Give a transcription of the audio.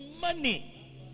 money